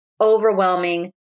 overwhelming